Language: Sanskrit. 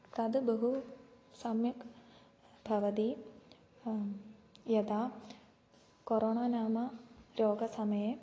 तद् बहु सम्यक् भवति यदा कोरोना नाम रोगसमये